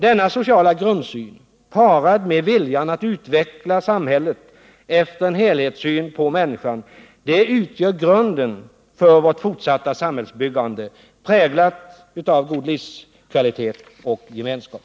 Denna sociala grundsyn, parad med viljan att utveckla samhället efter en helhetssyn på människan, utgör grunden för vårt fortsatta samhällsbyggande, präglat av god livskvalitet och gemenskap.